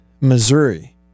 Missouri